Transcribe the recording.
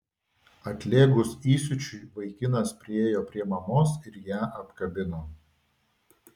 atlėgus įsiūčiui vaikinas priėjo prie mamos ir ją apkabino